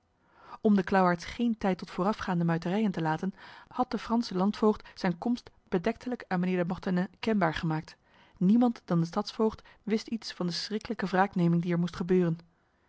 om de klauwaards geen tijd tot voorafgaande muiterijen te laten had de franse landvoogd zijn komst bedektelijk aan mijnheer de mortenay kenbaar gemaakt niemand dan de stadsvoogd wist iets van de schriklijke wraakneming die er moest gebeuren